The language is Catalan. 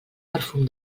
perfum